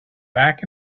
back